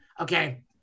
Okay